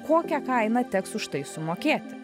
kokią kainą teks už tai sumokėti